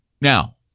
now